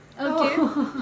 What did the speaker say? Okay